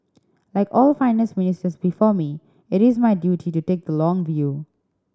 like all Finance Ministers before me it is my duty to take the long view